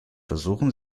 versuchen